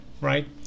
right